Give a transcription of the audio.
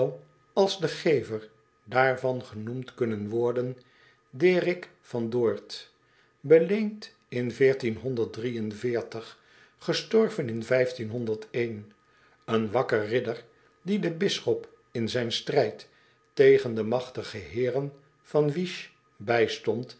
als de gever daarvan genoemd kunnen worden d e r i c k v a n d o r t beleend in gestorven in een wakker ridder die den bisschop in zijn strijd tegen de magtige heeren van